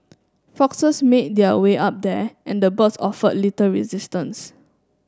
foxes made their way up there and the birds offered little resistance